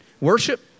Worship